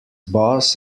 boss